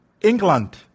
England